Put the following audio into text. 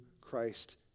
Christ